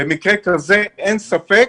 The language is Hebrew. במקרה כזה אין ספק